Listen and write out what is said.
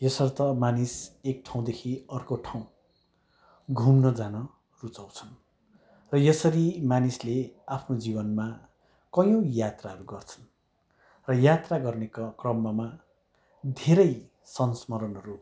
यसर्थ मानिस एक ठाउँदेखि अर्को ठाउँ घुम्न जान रुचाउँछन् र यसरी मानिसले आफ्नो जीवनमा कैयौँ यात्राहरू गर्छन् यात्रा गर्ने क क्रममा धेरै संस्मरणहरू